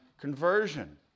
conversion